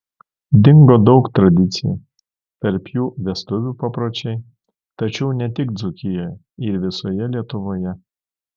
dingo daug tradicijų tarp jų vestuvių papročiai tačiau ne tik dzūkijoje ir visoje lietuvoje